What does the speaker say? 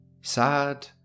Sad